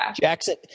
Jackson